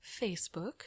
Facebook